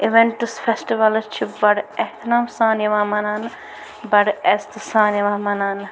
events festivals چھِ بڑٕ احتِرام سان یِوان مناونہٕ بڑٕ عزتہٕ سان یِوان مناونہٕ